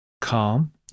calm